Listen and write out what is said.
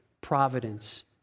providence